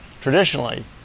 traditionally